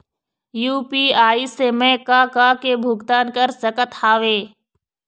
UPI से मैं का का के भुगतान कर सकत हावे?